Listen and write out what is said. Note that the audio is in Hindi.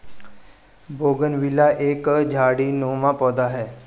बोगनविला एक झाड़ीनुमा पौधा है